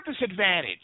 disadvantage